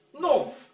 No